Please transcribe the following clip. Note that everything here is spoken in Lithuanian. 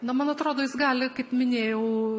na man atrodo jis gali kaip minėjau